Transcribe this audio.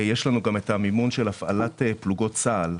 יש לנו גם המימון של הפעלת פלוגות צה"ל.